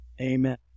Amen